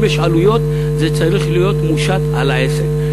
אם יש עלויות, זה צריך להיות מושת על העסק.